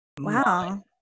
Wow